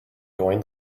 going